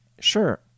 Sure